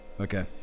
Okay